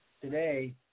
Today